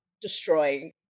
destroying